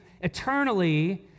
eternally